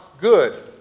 good